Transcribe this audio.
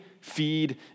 feed